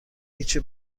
هیچی